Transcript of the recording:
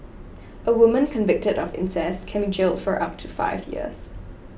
a woman convicted of incest can be jailed for up to five years